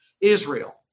Israel